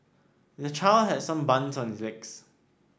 the child has some burns on his legs